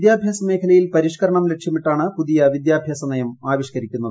വിദ്യാഭ്യാസ മേഖലയിൽ പരിഷ്കരണം ലക്ഷ്യമിട്ടാണ് പുതിയ വിദ്യാഭ്യാസ നയം ആവിഷ്കരിക്കുന്നത്